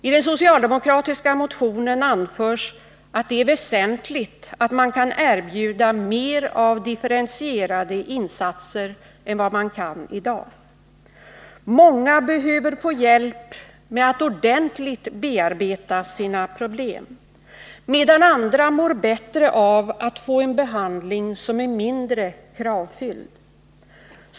I den socialdemokratiska motionen anförs att det är väsentligt att man kan erbjuda mer av differentierade insatser än vad man kan i dag. Många behöver få hjälp med att ordentligt bearbeta sina problem, medan andra mår bättre av att få en behandling som är mindre kravfylld.